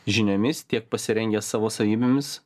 žiniomis tiek pasirengęs savo savybėmis